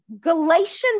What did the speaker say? Galatians